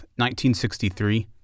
1963